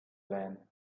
land